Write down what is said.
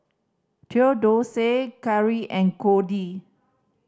Theodosia Cary and Codi